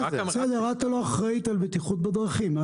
את לא אחראית על הבטיחות בדרכים.